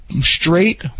straight